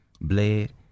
bled